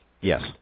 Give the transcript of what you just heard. Yes